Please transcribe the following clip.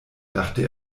dachte